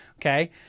Okay